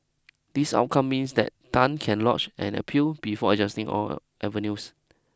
this outcome means that Tan can lodge an appeal before adjusting all avenues